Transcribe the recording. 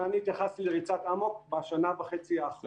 אני התייחסתי לריצת אמוק בשנה וחצי האחרונה.